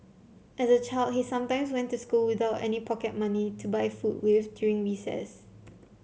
as a child he sometimes went to school without any pocket money to buy food with during recess